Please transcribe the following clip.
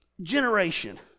generation